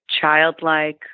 childlike